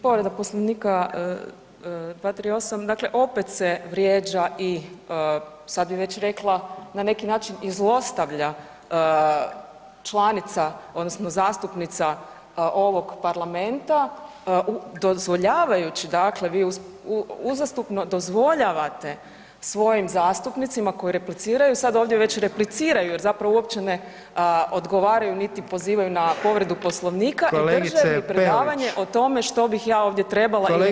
Povreda Poslovnika 238., dakle opet se vrijeđa i sad bi već rekla na neki način i zlostavlja članica odnosno zastupnica ovog parlamenta dozvoljavajući, dakle vi uzastopno dozvoljavate svojim zastupnicima koji repliciraju, sad ovdje već repliciraju jer zapravo uopće ne odgovaraju niti pozivaju na povredu Poslovnika [[Upadica: Kolegice Peović]] i drže mi predavanje o tome što bih ja ovdje trebala ili nisam trebala.